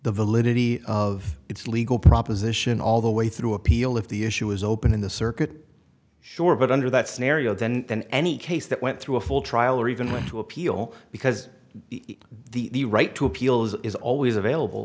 the validity of its legal proposition all the way through appeal if the issue is open in the circuit sure but under that scenario then in any case that went through a full trial or even to appeal because the the right to appeal is always available